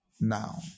now